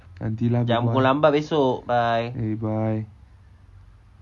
nanti lah berbual okay bye